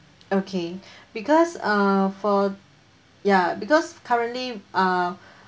okay because uh for ya because currently uh